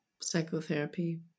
psychotherapy